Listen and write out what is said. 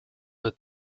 der